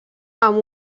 amb